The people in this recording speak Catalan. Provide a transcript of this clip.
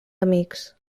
amics